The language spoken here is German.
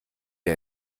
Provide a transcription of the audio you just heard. der